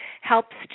helps